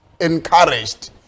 encouraged